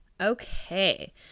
Okay